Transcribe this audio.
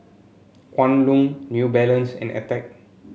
Kwan Loong New Balance and Attack